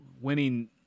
winning